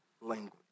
language